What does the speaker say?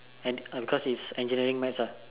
and um because it is engineering maths ah